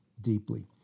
deeply